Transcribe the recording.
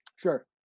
Sure